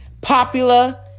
popular